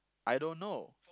I don't know